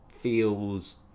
feels